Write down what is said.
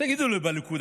תגידו לי בליכוד,